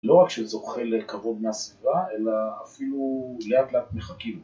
לא רק שזוכה לכבוד מהסביבה, אלא אפילו לאט לאט מחקים.